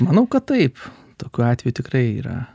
manau kad taip tokių atvejų tikrai yra